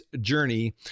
journey